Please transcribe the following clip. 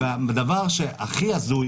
והדבר שהכי הזוי